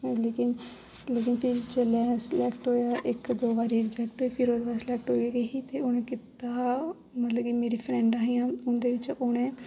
लेकिन लेकिन फ्ही जेल्लै अस सेलेक्ट होए इक दो बारी रेजेक्ट होए फेर ओहदे बाद सेलेक्ट होई गै गेई ही ते उ'नें कीता हा मतलब कि मेरी फ्रेन्डा हियां उं'दे बिच्च उ'नें